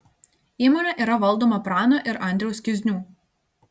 įmonė yra valdoma prano ir andriaus kiznių